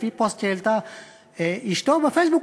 לפי פוסט שהעלתה אשתו בפייסבוק,